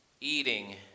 eating